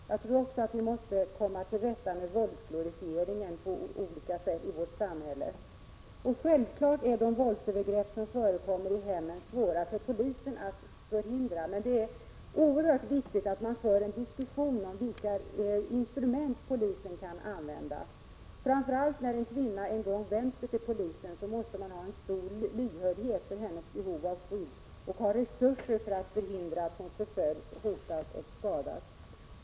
25 Vidare anser jag att vi måste komma till rätta med våldsglorifieringen på olika sätt i vårt samhälle. Självfallet är det svårt för polisen att förhindra de våldsövergrepp som förekommer i hemmen, men det är oerhört viktigt att föra en diskussion om vilka instrument polisen kan använda. Framför allt gäller detta när en kvinna en gång vänt sig till polisen. Då måste man visa stor lyhördhet för hennes behov av skydd, och man måste ha resurser för att förhindra att hon förföljs, hotas och skadas.